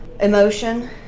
emotion